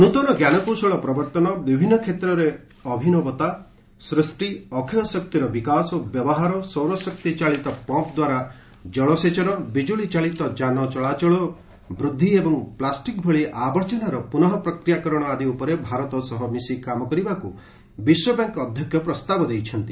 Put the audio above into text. ନୂଆ ଟେକ୍ନୋଲୋଜି ପ୍ରବର୍ତ୍ତନ ବିଭିନ୍ନ କ୍ଷେତ୍ରରେ ଅଭିନବତା ସୃଷ୍ଟି ଅକ୍ଷୟ ଶକ୍ତିର ବିକାଶ ଓ ବ୍ୟବହାର ସୌର ଶକ୍ତି ଚାଳିତ ପମ୍ପ ଦ୍ୱାରା ଜଳସେଚନ ବିଜୁଳି ଚାଳିତ ଯାନ ଚଳାଚଳ ବୃଦ୍ଧି ଏବଂ ପ୍ଲାଷ୍ଟିକ ଭଳି ଆବର୍ଜନାର ପୁନଃ ପ୍ରକ୍ରିୟାକରଣ ଆଦି ଉପରେ ଭାରତ ସହ ମିଶି କାମ କରିବାକୁ ବିଶ୍ୱବ୍ୟାଙ୍କ ଅଧ୍ୟକ୍ଷ ପ୍ରସ୍ତାବ ଦେଇଛନ୍ତି